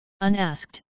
Unasked